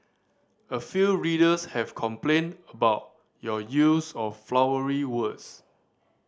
a few readers have complained about your use of 'flowery' words